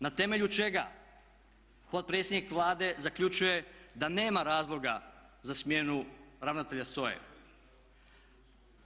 Na temelju čega potpredsjednik Vlade zaključuje da nema razloga za smjenu ravnatelja SOA-e?